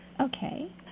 Okay